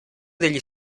degli